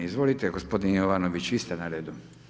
Izvolite gospodin Jovanović, vi ste na redu.